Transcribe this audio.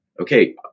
okay